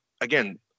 again